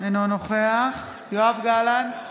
אינו נוכח יואב גלנט,